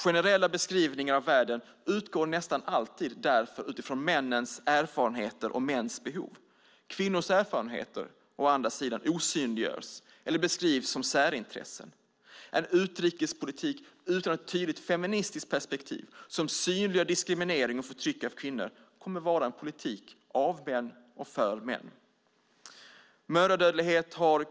Generella beskrivningar av världen utgår därför nästan alltid från mäns erfarenheter och mäns behov. Kvinnornas erfarenheter, å andra sidan, osynliggörs eller beskrivs som särintressen. En utrikespolitik utan ett tydligt feministiskt perspektiv som synliggör diskriminering och förtryck av kvinnor kommer att vara en politik av män och för män.